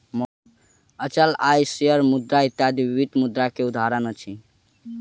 अचल आय, शेयर मुद्रा इत्यादि विभिन्न मुद्रा के उदाहरण अछि